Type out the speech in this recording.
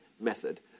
method